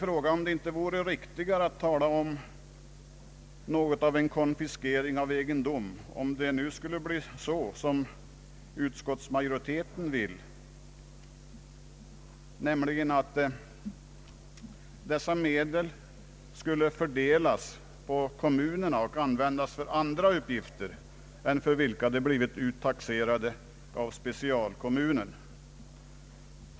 Fråga är om det inte vore riktigare att tala om något av en konfiskering av egendom ifall det nu skulle bli så som utskottsmajoriteten vill, nämligen att dessa medel skulle fördelas på kommunerna och användas för andra uppgifter än dem för vilka de blivit uttaxerade av specialkommunen.